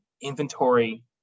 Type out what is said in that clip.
inventory